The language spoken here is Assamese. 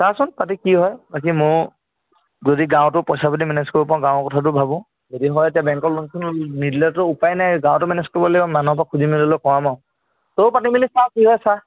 চাওঁচোন পাতি কি হয় বাকী ময়ো যদি গাঁৱতো পইচা পাতি মেনেজ কৰিব পাওঁ গাঁৱৰ কথাটো ভাবোঁ যদি হয় এতিয়া বেংকৰ লোন চোন নিদিলেতো উপায় নাই গাঁৱতে মেনেজ কৰিব লাগিব মানুহৰপৰা খুজি মেলি হ'লেও কৰাম আৰু তয়ো পাতি মেলি চা কি হয় চা